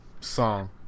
song